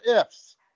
ifs